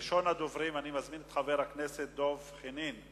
ראשון הדוברים, אני מזמין את חבר הכנסת דב חנין.